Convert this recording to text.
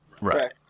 Right